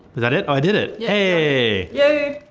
that it? oh, i did it. yay! yay!